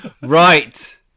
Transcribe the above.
right